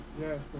yes